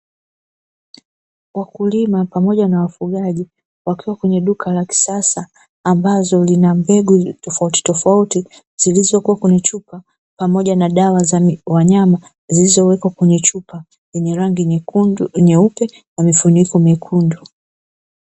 Wakulima pamoja na wafugaji wakiwa kwenye duka la kisasa; ambazo lina mbegu tofautitofauti, zilizokuwa kwenye chupa pamoja na dawa za wanyama zilizowekwa kwenye chupa; yenye rangi nyeupe na mifuniko mekundu.